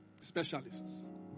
specialists